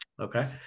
okay